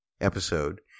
episode